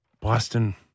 Boston